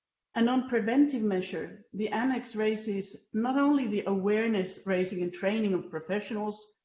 and on preventing measures, the annex raises not only the awareness raising and training of professionals,